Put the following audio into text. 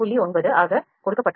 9 ஆக கொடுக்கப்பட்டுள்ளது